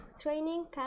training